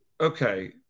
okay